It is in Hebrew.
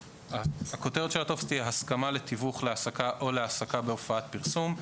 הכותרת של הטופס תהיה: הסכמה לתיווך להעסקה או להעסקה בהופעת פרסום.